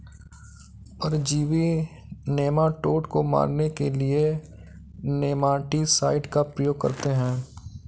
परजीवी नेमाटोड को मारने के लिए नेमाटीसाइड का प्रयोग करते हैं